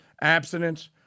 Abstinence